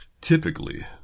Typically